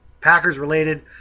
Packers-related